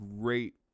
great